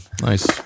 Nice